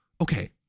Okay